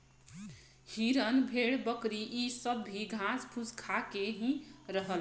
हिरन भेड़ बकरी इ सब भी घास फूस खा के ही रहलन